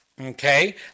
Okay